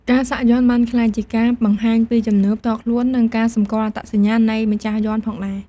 ការសាក់យ័ន្តបានក្លាយជាការបង្ហាញពីជំនឿផ្ទាល់ខ្លួន និងការសម្គាល់អត្តសញ្ញាណនៃម្ចាស់យ័ន្តផងដែរ។